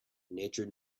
nature